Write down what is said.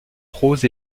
roses